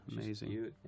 Amazing